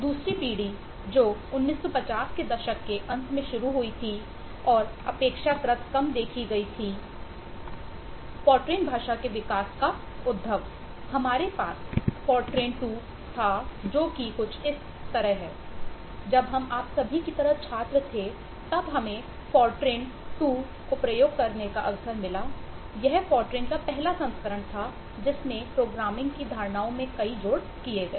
दूसरी पीढ़ी जो 1950 के दशक के अंत में शुरू हुई थी और अपेक्षाकृत कम देखी गई थी फोरट्रान का पहला संस्करण था जिसमें प्रोग्रामिंग की धारणाओं में कई जोड़ किए